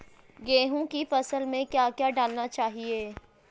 गेहूँ की फसल में क्या क्या डालना चाहिए?